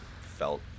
felt